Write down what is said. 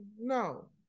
no